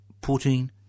putting